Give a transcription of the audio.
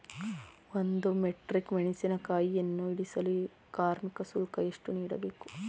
ಒಂದು ಮೆಟ್ರಿಕ್ ಮೆಣಸಿನಕಾಯಿಯನ್ನು ಇಳಿಸಲು ಕಾರ್ಮಿಕ ಶುಲ್ಕ ಎಷ್ಟು ನೀಡಬೇಕು?